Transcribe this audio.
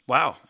Wow